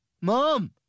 mom